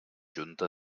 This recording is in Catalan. junta